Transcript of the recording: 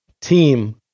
team